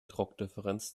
druckdifferenz